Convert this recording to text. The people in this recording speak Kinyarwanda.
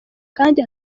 kandi